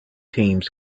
teams